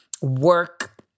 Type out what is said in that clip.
work